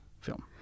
film